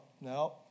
no